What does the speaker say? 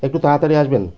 একটু তাড়াতাড়ি আসবেন